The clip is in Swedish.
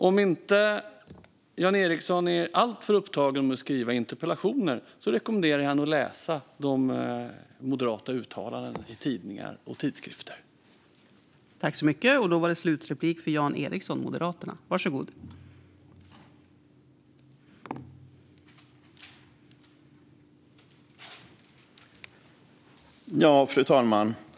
Om inte Jan Ericson är alltför upptagen med att skriva interpellationer rekommenderar jag honom att läsa de moderata uttalandena i tidningar och tidskrifter.